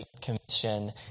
commission